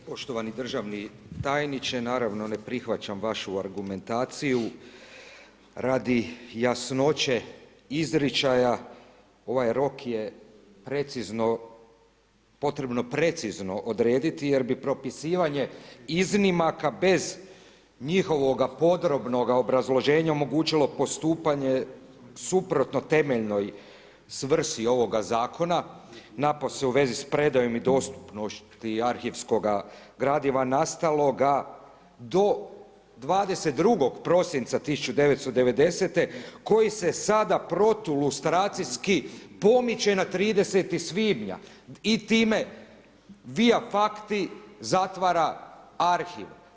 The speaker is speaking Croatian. Poštovani državni tajniče, naravno ne prihvaćam vašu argumentaciju radi jasnoće izričaja ovaj rok je precizno, potrebno precizno odrediti jer bi propisivanje iznimaka bez njihovoga podrobnoga obrazloženja omogućilo postupanje suprotno temeljnoj svrsi ovoga zakona napose u vezi s predajom i dostupnosti arhivskoga gradiva nastaloga do 22. prosinca 1990. koji se sada protulustracijski pomiče na 30. svibnja i time vija fakti zatvara arhiv.